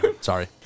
Sorry